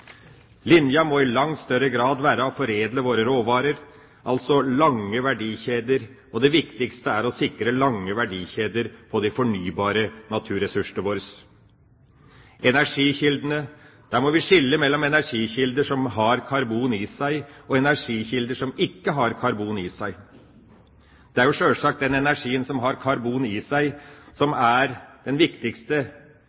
Linja må i langt større grad være å foredle våre råvarer – altså lange verdikjeder. Og det viktigste er å sikre lange verdikjeder på de fornybare naturressursene våre. Når det gjelder energikilder, må vi skille mellom energikilder som har karbon i seg, og energikilder som ikke har karbon i seg. Det er sjølsagt den energien som har karbon i seg, som